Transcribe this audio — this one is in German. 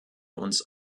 uns